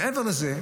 מעבר לזה,